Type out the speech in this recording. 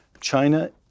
China